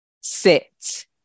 sit